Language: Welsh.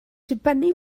dibynnu